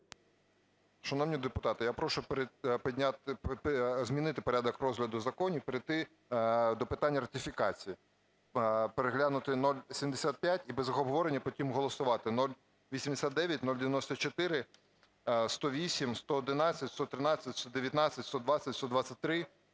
Шановні депутати, я прошу змінити порядок розгляду законів і перейти до питання ратифікації. Переглянути 0075 і без обговорення потім голосувати 0089, 0094, 0108, 0111, 0113, 0119, 0120 і 0123.